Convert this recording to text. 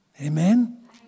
Amen